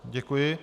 Děkuji.